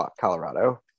Colorado